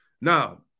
Now